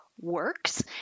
Works